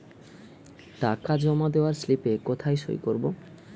টাকা জমা দেওয়ার স্লিপে কোথায় সই করব?